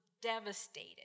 devastated